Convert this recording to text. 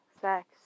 sex